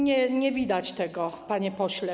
Nie widać tego, panie pośle.